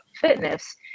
fitness